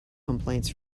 complaints